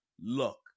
look